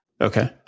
Okay